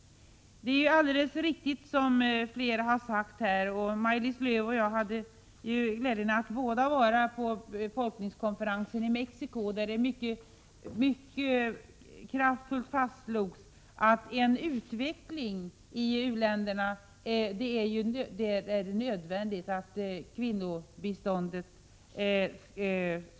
Maj-Lis Lööw och jag hade glädjen att båda vara med på befolkningskonferensen i Mexiko, där det mycket kraftfullt fastslogs att en utveckling i u-länderna förutsätter att kvinnobiståndet får en framträdande plats.